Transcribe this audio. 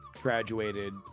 graduated